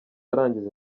arangiza